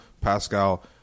Pascal